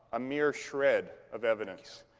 a mere shred of evidence.